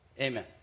Amen